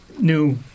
new